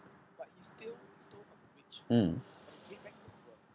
mm